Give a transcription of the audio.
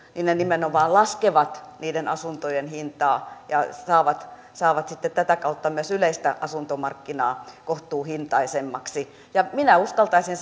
nimenomaan laskevat niiden asuntojen hintaa ja saavat saavat sitten tätä kautta myös yleistä asuntomarkkinaa kohtuuhintaisemmaksi minä uskaltaisin